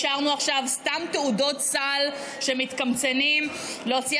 אישרנו עכשיו סתם תעודות סל שמתקמצנים להוציא